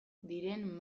diren